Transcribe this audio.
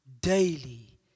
Daily